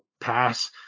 pass